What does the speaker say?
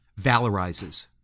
valorizes